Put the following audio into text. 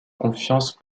confiance